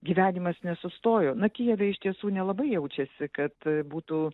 gyvenimas nesustojo na kijeve iš tiesų nelabai jaučiasi kad būtų